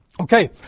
Okay